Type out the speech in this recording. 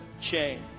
change